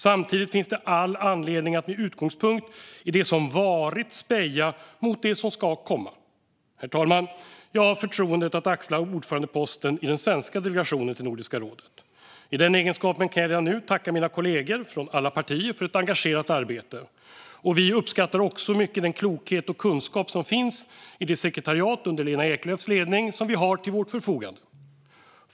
Samtidigt finns det all anledning att med utgångspunkt i det som varit speja mot det som ska komma. Herr talman! Jag har fått förtroendet att axla ordförandeposten i den svenska delegationen till Nordiska rådet. I den egenskapen kan jag reda nu tacka mina kolleger från alla partier för ett engagerat arbete. Vi uppskattar också mycket den klokhet och kunskap som finns i det sekretariat under Lena Eklöfs ledning som vi har till vårt förfogande.